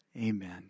Amen